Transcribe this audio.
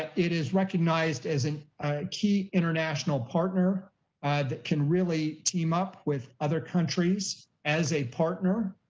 it is recognized as a key international partner that can really team up with other countries as a partner.